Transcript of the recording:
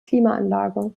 klimaanlage